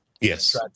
Yes